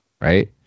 right